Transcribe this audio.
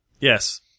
Yes